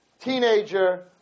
teenager